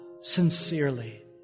sincerely